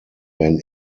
werden